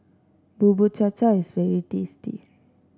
Bubur Cha Cha is very tasty